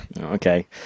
Okay